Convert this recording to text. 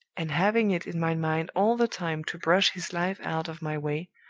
and having it in my mind all the time to brush his life out of my way,